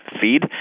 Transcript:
feed